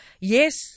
Yes